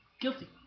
guilty